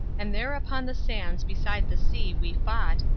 and there upon the sands beside the sea we fought,